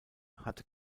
hat